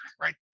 Right